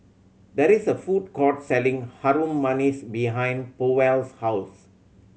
there is a food court selling Harum Manis behind Powell's house